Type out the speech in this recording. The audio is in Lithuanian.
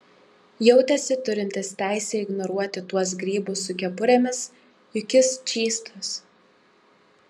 jautėsi turintis teisę ignoruoti tuos grybus su kepurėmis juk jis čystas